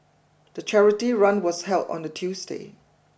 the charity run was held on a Tuesday